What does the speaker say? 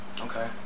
Okay